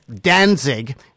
Danzig